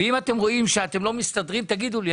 ואם אתם רואים שאתם לא מסתדרים, תגידו לי.